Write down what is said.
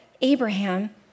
Abraham